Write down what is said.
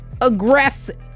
aggressive